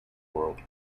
world